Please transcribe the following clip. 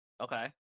Okay